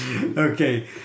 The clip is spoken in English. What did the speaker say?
Okay